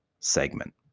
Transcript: Segment